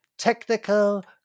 technical